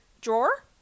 drawer